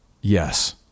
yes